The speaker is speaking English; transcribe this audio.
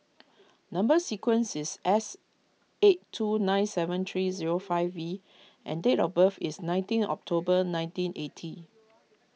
Number Sequence is S eight two nine seven three zero five V and date of birth is nineteen October nineteen eighty